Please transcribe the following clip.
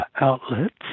outlets